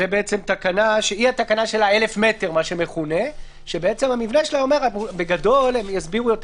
זאת התקנה של 1,000 מטר, ואומרת שמותר לך